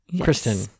Kristen